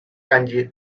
kanji